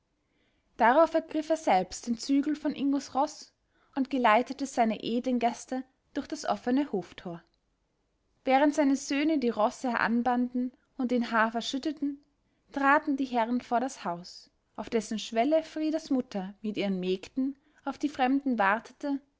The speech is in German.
darauf ergriff er selbst den zügel von ingos roß und geleitete seine edlen gäste durch das offene hoftor während seine söhne die rosse anbanden und den hafer schütteten traten die herren vor das haus auf dessen schwelle fridas mutter mit ihren mägden auf die fremden wartete